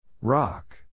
Rock